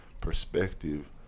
perspective